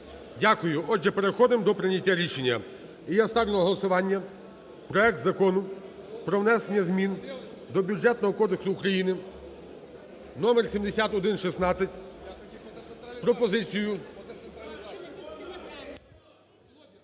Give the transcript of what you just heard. Дякую. Отже, переходимо до прийняття рішення. І я ставлю на голосування проект Закону про внесення змін до Бюджетного кодексу України , номер 7116 з пропозицією…